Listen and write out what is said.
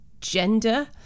gender